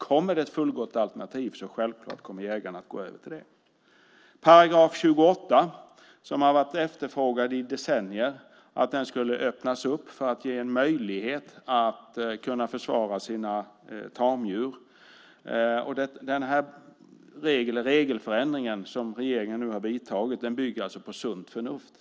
Kommer det ett fullgott alternativ kommer jägarna självklart att gå över till det. När det gäller § 28 har det i decennier varit efterfrågat att den skulle öppna för en möjlighet att försvara sina tamdjur. Den regelförändring som regeringen nu har vidtagit bygger alltså på sunt förnuft.